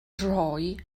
rhoi